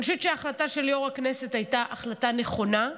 אני חושבת שההחלטה של יו"ר הכנסת הייתה החלטה נכונה,